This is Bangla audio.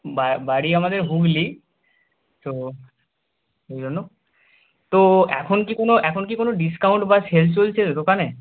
বাড়ি আমাদের হুগলি তো ওই জন্য তো এখন কি কোনো এখন কি কোনো ডিসকাউন্ট বা সেল চলছে দোকানে